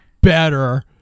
better